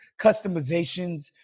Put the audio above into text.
customizations